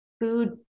food